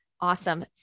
Awesome